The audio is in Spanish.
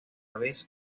vez